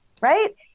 right